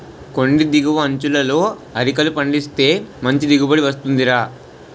కొండి దిగువ అంచులలో అరికలు పండిస్తే మంచి దిగుబడి వస్తుందిరా